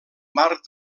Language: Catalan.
marc